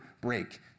break